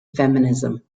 feminism